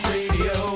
Radio